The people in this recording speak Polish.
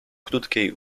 krótkiej